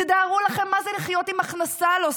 תתארו לכם מה זה לחיות עם הכנסה לא סדירה,